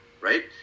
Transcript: right